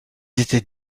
étaient